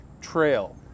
trail